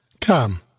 Come